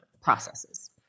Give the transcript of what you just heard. processes